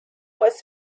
was